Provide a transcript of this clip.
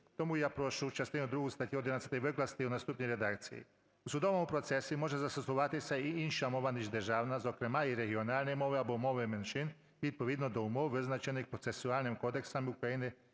Тому я прошу частину другу статті 11 викласти в наступній редакції: «У судовому процесі може застосовуватися і інша мова ніж державна, зокрема і регіональні мови або мови меншин, відповідно до умов, визначених процесуальними кодексами України